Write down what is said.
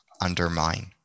undermine